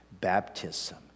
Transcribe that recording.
baptism